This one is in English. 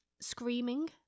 screaming